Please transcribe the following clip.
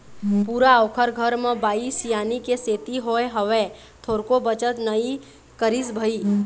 पूरा ओखर घर म बाई सियानी के सेती होय हवय, थोरको बचत नई करिस भई